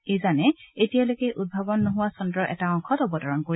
এই যানে এতিয়ালৈকে উদ্ভাৱন নোহোৱা চন্দ্ৰৰ এটা অংশত অৱতৰণ কৰিব